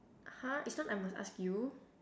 !huh! is not I must ask you